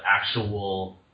actual